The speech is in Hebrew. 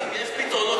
חיים, יש פתרונות קסם?